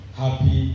happy